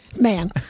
Man